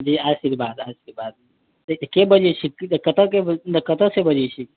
जी आशीर्वाद आशीर्वाद के बजै छी कतेए से बजै छी